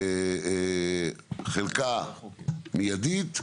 חלקה מידית,